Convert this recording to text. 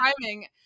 timing